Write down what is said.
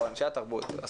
או אנשי התרבות,